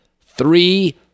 Three